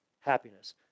happiness